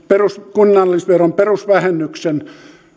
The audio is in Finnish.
kunnallisveron perusvähennyksen